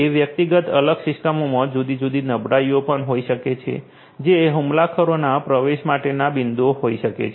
તે વ્યક્તિગત અલગ સિસ્ટમોમાં જુદી જુદી નબળાઈઓ પણ હોઈ શકે છે જે હુમલાખોરોના પ્રવેશ માટેના બિંદુઓ હોઈ શકે છે